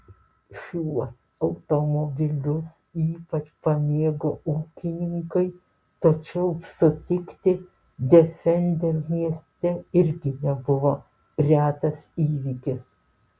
šiuos automobilius ypač pamėgo ūkininkai tačiau sutikti defender mieste irgi nebuvo retas įvykis